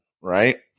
right